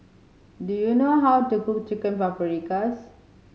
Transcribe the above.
do you know how to cook Chicken Paprikas